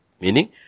Meaning